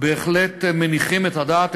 בהחלט מניחים את הדעת,